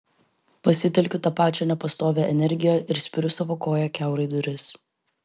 pasitelkiu tą pačią nepastovią energiją ir spiriu savo koja kiaurai duris